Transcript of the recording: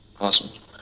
awesome